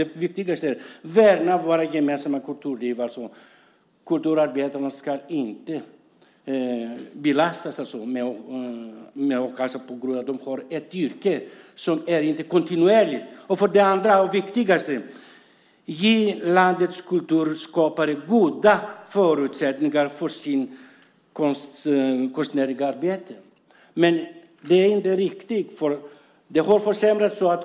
Det är att värna vårt gemensamma kulturliv. Kulturarbetarna ska alltså inte belastas med a-kassa på grund av att de har ett yrke som inte är kontinuerligt. Det viktigaste är att ge landets kulturskapare goda förutsättningar för sitt konstnärliga arbete. Det är inte riktigt; det har försämrats.